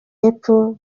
y’epfo